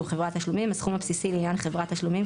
חברת תשלומים - הסכום הבסיסי לעניין חברת תשלומים,